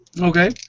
Okay